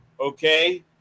Okay